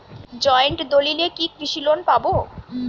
Joint দলিলে কি কৃষি লোন পাব?